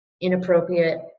inappropriate